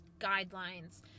guidelines